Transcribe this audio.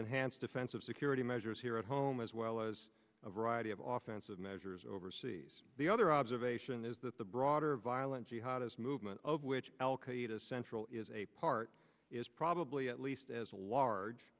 enhanced offensive security measures here at home as well as a variety of office of measures overseas the other observation is that the broader violent jihad is movement of which al qaeda central is a part is probably at least as large